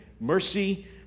mercy